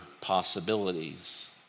possibilities